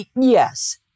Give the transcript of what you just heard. yes